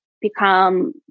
become